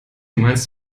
meinst